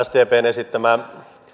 sdpn esittämä